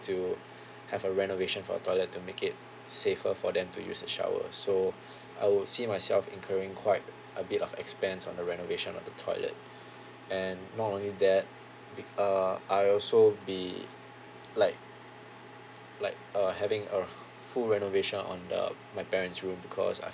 to have a renovation for toilet to make it safer for them to use a shower so I would see myself incurring quite a bit of expense on the renovation of the toilet and not only that uh I also would be like like uh having a full renovation on uh my parent's room because I